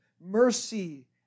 mercy